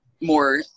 more